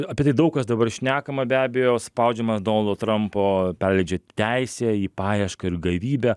apie tai daug kas dabar šnekama be abejo spaudžiamas donaldo trampo perleidžia teisę į paiešką ir gavybę